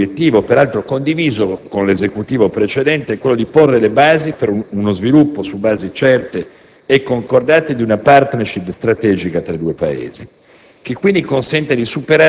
come il nostro obiettivo, peraltro condiviso con l'Esecutivo precedente, sia quello di porre le basi per uno sviluppo, su basi certe e concordate, di una *partnership* strategica tra i due Paesi,